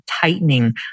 tightening